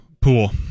Pool